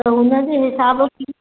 त हुनजे हिसाबु